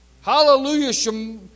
Hallelujah